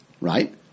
right